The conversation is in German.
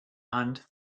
hand